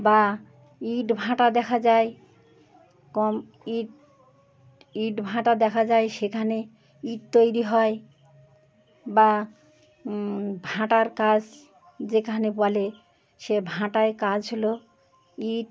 বা ইট ভাটা দেখা যায় কম ইট ইট ভাটা দেখা যায় সেখানে ইট তৈরি হয় বা ভাটার কাজ যেখানে বলে সে ভাটায় কাজ হলো ইট